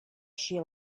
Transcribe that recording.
she